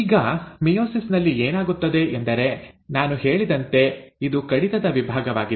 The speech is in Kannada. ಈಗ ಮಿಯೋಸಿಸ್ ನಲ್ಲಿ ಏನಾಗುತ್ತದೆ ಎಂದರೆ ನಾನು ಹೇಳಿದಂತೆ ಇದು ಕಡಿತದ ವಿಭಾಗವಾಗಿದೆ